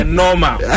normal